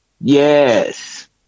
Yes